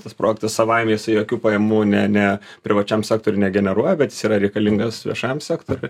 tas projektas savaime jisai jokių pajamų ne ne privačiam sektoriui negeneruoja bet jis yra reikalingas viešajam sektoriui